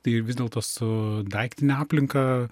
tai vis dėlto su daiktine aplinka